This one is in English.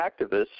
activists